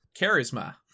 Charisma